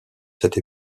cette